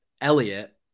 Elliot